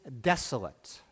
desolate